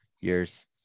years